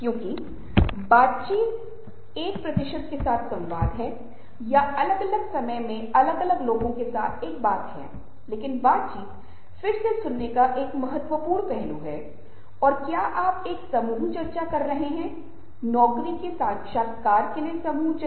एक सज्जन एक सफल संचालक एक अच्छा शिक्षक या एक अच्छा पति या पत्नी एक पिता या पुत्र बनने के लिए यह माना जाता है कि किसी को प्रभावी संचार की कला और विज्ञान सीखना चाहिए